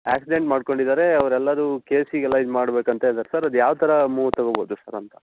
accident ಮಾಡ್ಕೊಂಡಿದ್ದಾರೆ ಅವ್ರು ಎಲ್ಲರೂ ಕೇಸಿಗೆ ಎಲ್ಲ ಇದು ಮಾಡಬೇಕಂತ ಇದಾರೆ ಸರ್ ಅದು ಯಾವ್ಥರ ಮೂವ್ ತಗೊಬೋದು ಸರ್ ಅಂತ